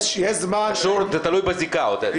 זה תלוי בזיקה, עודד.